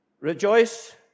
Rejoice